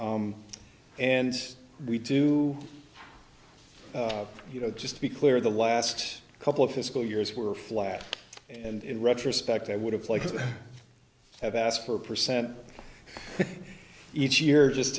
year and we do you know just to be clear the last couple of fiscal years were flat and in retrospect i would have liked to have asked for a percent each year just